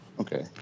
Okay